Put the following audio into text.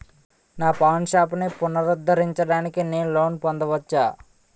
నా పాన్ షాప్ని పునరుద్ధరించడానికి నేను లోన్ పొందవచ్చా?